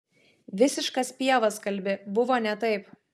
visiškas pievas kalbi buvo ne taip